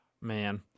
Man